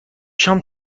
شام